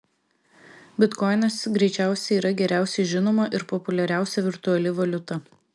bitkoinas greičiausiai yra geriausiai žinoma ir populiariausia virtuali valiuta